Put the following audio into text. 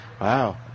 Wow